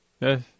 Yes